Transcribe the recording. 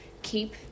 keep